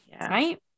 Right